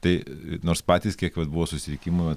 tai nors patys kiek vat buvo susitikimų